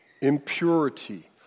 impurity